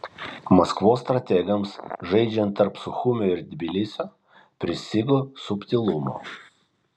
maskvos strategams žaidžiant tarp suchumio ir tbilisio pristigo subtilumo